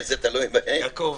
יעקב,